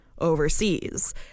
Overseas